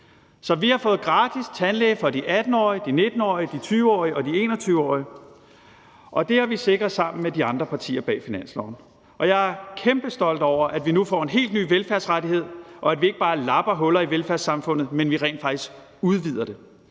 Så vi har fået gratis tandlæge for de 18-årige, de 19-årige, de 20-årige og de 21-årige. Det har vi sikret sammen med de andre partier bag finansloven. Jeg er kæmpestolt over, at vi nu får en helt ny velfærdsrettighed, og at vi ikke bare lapper huller i velfærdssamfundet, men at vi rent faktisk udvider det.